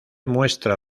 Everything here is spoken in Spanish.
muestra